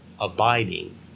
abiding